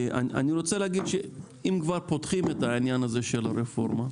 אני רוצה להגיד שאם כבר פותחים את העניין הזה של הרפורמה,